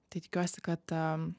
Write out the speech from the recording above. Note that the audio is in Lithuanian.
tai tikiuosi kad ta